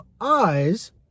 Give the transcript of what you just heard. eyes